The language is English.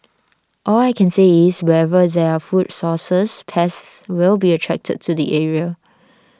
all I can say is wherever there are food sources pests will be attracted to the area